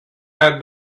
had